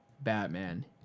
Batman